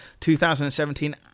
2017